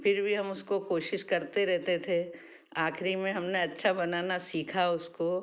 फिर भी हम उसको कोशिश करते रहते थे आखिरी में हमने अच्छा बनाना सीखा उसको